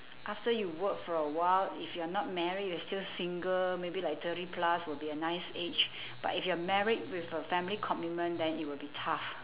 after you work for awhile if you're not married you're still single maybe like thirty plus would be a nice age but if you're married with a family commitment then it will be tough